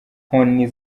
nkoni